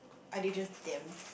are they just damn